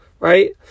Right